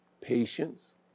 patience